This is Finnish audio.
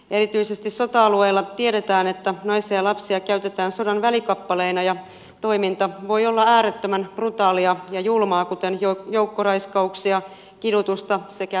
erityisesti sota alueilla tiedetään että naisia ja lapsia käytetään sodan välikappaleina ja toiminta voi olla äärettömän brutaalia ja julmaa kuten joukkoraiskauksia kidutusta sekä joukkosurmia